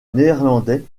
néerlandais